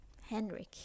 henrik